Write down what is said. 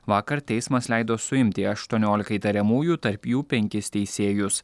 vakar teismas leido suimti aštuoniolika įtariamųjų tarp jų penkis teisėjus